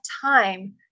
time